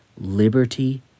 liberty